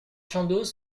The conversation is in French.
chandos